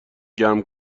گرم